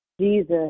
Jesus